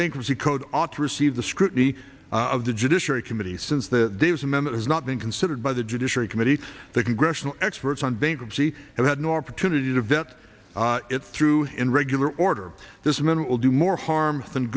bankruptcy code ought to receive the scrutiny of the judiciary committee since that there's a man that has not been considered by the judiciary committee the congressional experts on bankruptcy and had no opportunity to vet it through in regular order this man will do more harm than